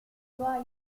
tuoi